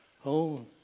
home